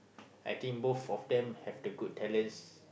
I think both of them have the good talents